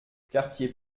quartier